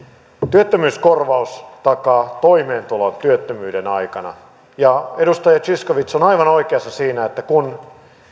työttömyyskorvaus takaa toimeentulon työttömyyden aikana ja edustaja zyskowicz on on aivan oikeassa siinä että kun edellisessä